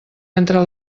entre